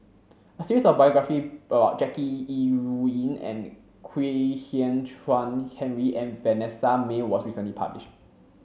a series of biography about Jackie Yi Ru Ying and Kwek Hian Chuan Henry and Vanessa Mae was recently publish